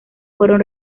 fueron